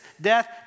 death